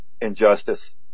injustice